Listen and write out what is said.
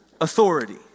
authority